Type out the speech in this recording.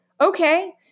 Okay